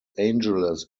angeles